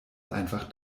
einfach